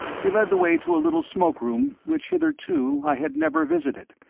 he led the way to a little smoke-room which hitherto i had never visited,